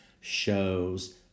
shows